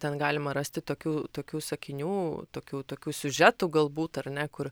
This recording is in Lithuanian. ten galima rasti tokių tokių sakinių tokių tokių siužetų galbūt ar ne kur